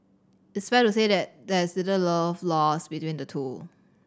it's fair to say that there's little love lost between the two